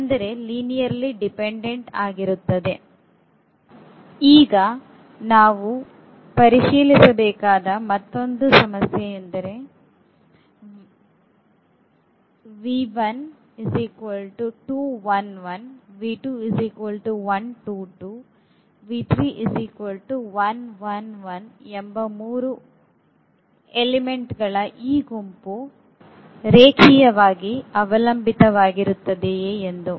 ಈಗ ನಾವು ಪರಿಶೀಲಿಸುವ ಮತ್ತೊಂದು ಸಮಸ್ಯೆ ರೇಖೀಯವಾಗಿ ಸ್ವತಂತ್ರವಾಗಿದೆಯೆ ಅಥವಾ ಅದು ರೇಖೀಯವಾಗಿ ಅವಲಂಬಿತವಾಗಿರುತ್ತದೆಯೇ ಎಂದು